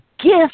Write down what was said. gift